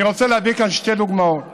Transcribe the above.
אני רוצה להביא כאן שתי דוגמאות